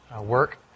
work